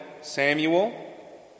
Samuel